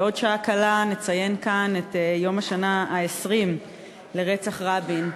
בעוד שעה קלה נציין כאן את יום השנה ה-20 לרצח רבין.